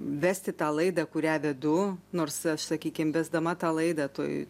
vesti tą laidą kurią vedu nors aš sakykima vesdama tą laidą toj